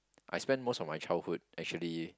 I spend most of my childhood actually